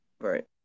right